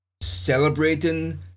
celebrating